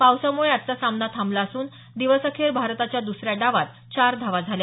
पावसामुळे आजचा सामना थांबला असून दिवसअखेर भारताच्या द्रसऱ्या डावात चार धावा झाल्या